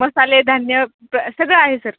मसाले धान्य प्र सगळं आहे सर